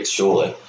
surely